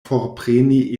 forpreni